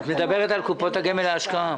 את מדברת על קופות הגמל להשקעה?